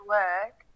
work